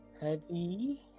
Heavy